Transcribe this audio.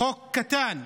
חוק קטן.